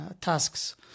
tasks